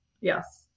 Yes